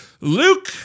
Luke